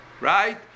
right